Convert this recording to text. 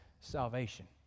salvation